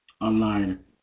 online